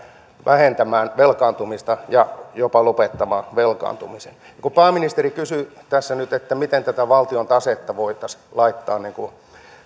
vähentämään velkaantumista ja jopa lopettamaan velkaantumisen ja kun pääministeri kysyi tässä nyt että miten tätä valtion tasetta voitaisiin laittaa niin kun